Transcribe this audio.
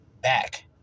Back